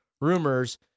rumors